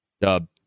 Dub